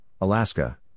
Alaska